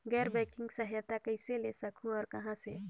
गैर बैंकिंग सहायता कइसे ले सकहुं और कहाँ से?